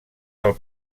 del